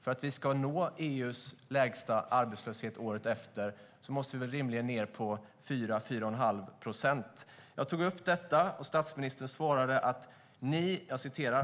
För att vi ska nå EU:s lägsta arbetslöshet året därefter måste vi rimligen ned på 4-4,5 procent. Jag tog upp detta, och statsministern svarade: Ni